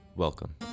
Welcome